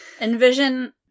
envision